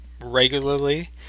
regularly